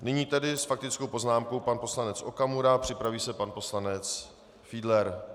Nyní tedy s faktickou poznámkou pan poslanec Okamura, připraví se pan poslanec Fiedler.